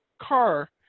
car